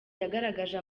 yagaragaje